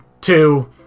two